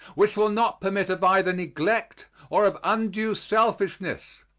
which will not permit of either neglect or of undue selfishness.